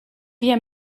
wir